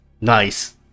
Nice